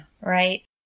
Right